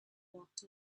walked